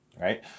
Right